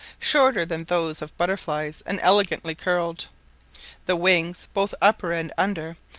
shorter than those of butterflies and elegantly curled the wings, both upper and under,